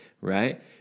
right